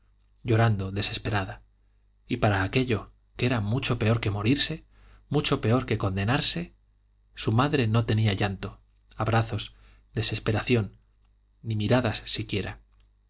llorando desesperada y para aquello que era mucho peor que morirse mucho peor que condenarse su madre no tenía llanto abrazos desesperación ni miradas siquiera